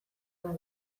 bai